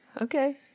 Okay